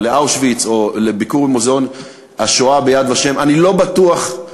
לאושוויץ או לביקור במוזיאון השואה ב"יד ושם" אני לא בטוח,